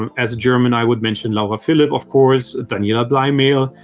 um as a german, i would mention laura philipp, of course, daniela bleymehl,